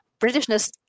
Britishness